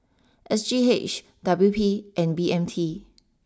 S G H W P and B M T